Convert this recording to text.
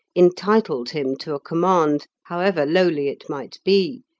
entitled him to a command, however lowly it might be.